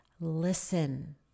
listen